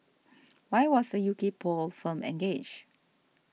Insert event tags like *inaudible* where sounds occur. *noise* why was a U K poll firm engaged